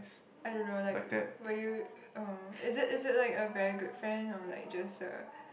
I don't know like were you uh is it is it like a very good friend or just like a